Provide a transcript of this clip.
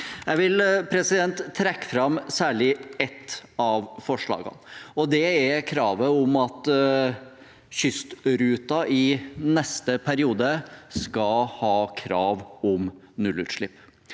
Jeg vil trekke fram særlig ett av forslagene, og det er kravet om at Kystruten i neste periode skal ha krav om nullutslipp.